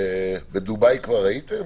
בדובאי כבר הייתם?